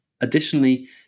Additionally